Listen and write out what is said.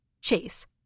Chase